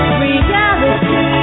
reality